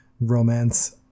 romance